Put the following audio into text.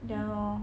yah lor